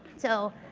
so,